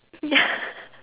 ya